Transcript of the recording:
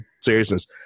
seriousness